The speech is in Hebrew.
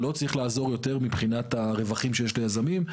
לא צריך לעזור יותר מבחינת הרווחים שיש ליזמים.